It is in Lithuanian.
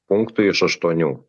punktui iš aštuonių